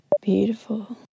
Beautiful